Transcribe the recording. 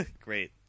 Great